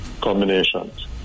combinations